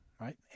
right